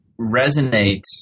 resonates